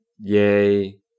Yay